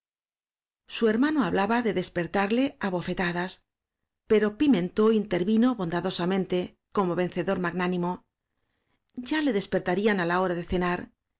su hermano hablaba de despertarle á bo fetadas pero pimentó intervino bondadosa mente como vencedor magnánimo ya le des pertarían á la hora de cenar